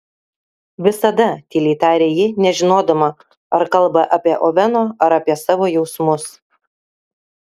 visada tyliai tarė ji nežinodama ar kalba apie oveno ar apie savo jausmus